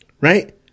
right